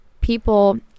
people